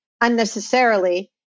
unnecessarily